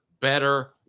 better